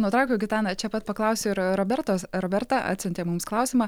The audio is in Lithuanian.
nutraukiau gitana čia pat paklausiu ir robertos roberta atsiuntė mums klausimą